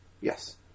Yes